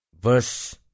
verse